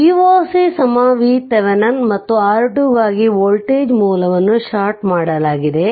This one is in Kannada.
ಆದ್ದರಿಂದ ಇದು Voc VThevenin ಮತ್ತು R2 ಗಾಗಿ ವೋಲ್ಟೇಜ್ ಮೂಲವನ್ನು ಷಾರ್ಟ್ ಮಾಡಲಾಗಿದೆ